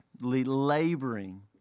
laboring